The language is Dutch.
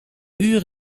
uur